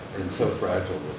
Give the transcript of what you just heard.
so fragile